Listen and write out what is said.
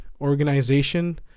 organization